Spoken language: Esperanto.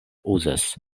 uzas